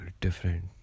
different